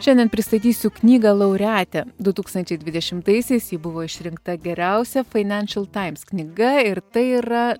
šiandien pristatysiu knygą laureatę du tūkstančiai dvidešimtaisiais ji buvo išrinkta geriausia fainenšal taims knyga ir tai yra